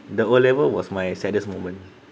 the O level was my saddest moment